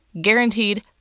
Guaranteed